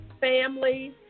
family